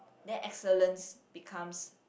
that excellence becomes